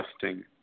testing